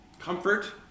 Comfort